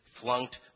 flunked